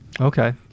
Okay